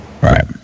Right